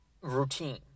routine